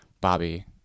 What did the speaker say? Bobby